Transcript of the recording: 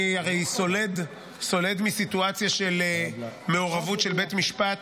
אני הרי סולד מסיטואציה של מעורבות של בית המשפט,